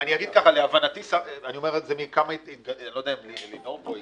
אני אגיד ככה אני לא יודע אם אלינור פה,